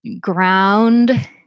Ground